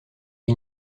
ils